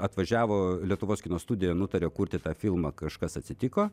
atvažiavo lietuvos kino studija nutarė kurti tą filmą kažkas atsitiko